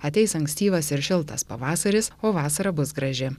ateis ankstyvas ir šiltas pavasaris o vasara bus graži